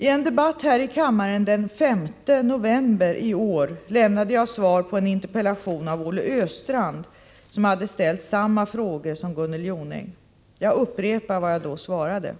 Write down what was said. I en debatt här i kammaren den 5 november i år lämnade jag svar på en interpellation av Olle Östrand, som hade ställt samma frågor som Gunnel Jonäng. Jag upprepar vad jag då svarade.